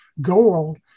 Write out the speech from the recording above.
goal